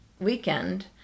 weekend